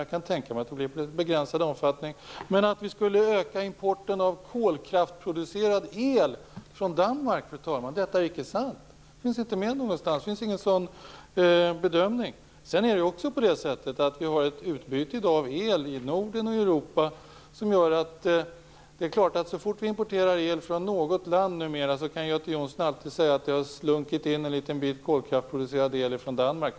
Jag kan tänka mig att detta kan ske i begränsad omfattning. Men att vi skulle öka importen av kolkraftsproducerad el från Danmark är inte sant, fru talman. Det finns inte någon sådan bedömning. Vi har ett utbyte av el i Norden och Europa. Så fort vi importerar el från något land numera kan Göte Jonsson alltid säga att det har slunkit in litet kolkraftsproducerad el från Danmark.